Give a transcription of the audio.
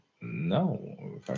no